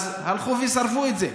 אז הלכו ושרפו את זה.